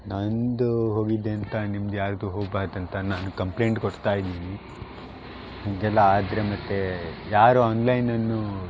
ನನ್ನದು ಹೋಗಿದೇಂತ ನಿಮ್ದು ಯಾರದ್ದೂ ಹೋಗ್ಬಾರ್ದು ಅಂತ ನಾನು ಕಂಪ್ಲೇಟ್ ಕೊಡ್ತಾ ಇದೀನಿ ಹಿಂಗೆಲ್ಲಾ ಆದರೆ ಮತ್ತೆ ಯಾರೂ ಆನ್ಲೈನನ್ನು